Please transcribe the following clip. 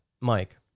Mike